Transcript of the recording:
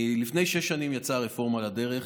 לפני שש שנים יצאה הרפורמה לדרך.